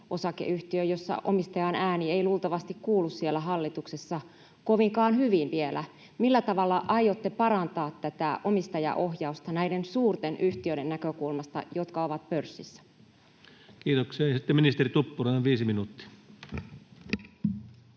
Neste-osakeyhtiö, jossa omistajan ääni ei luultavasti kuulu siellä hallituksessa kovinkaan hyvin vielä. Millä tavalla aiotte parantaa omistajaohjausta näiden suurten yhtiöiden näkökulmasta, jotka ovat pörssissä? Kiitoksia. — Sitten ministeri Tuppurainen, viisi minuuttia.